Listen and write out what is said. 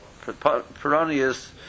peronius